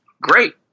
great